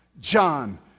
John